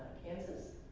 kansas?